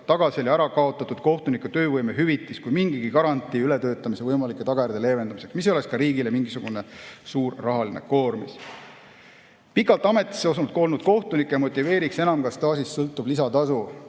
tagaselja kaotatud kohtunike töövõimehüvitis kui mingigi garantii ületöötamise võimalike tagajärgede leevendamiseks, mis ei oleks ka riigile mingisugune suur rahaline koormus. Pikalt ametis olnud kohtunikke motiveeriks enam ka staažist sõltuv lisatasu.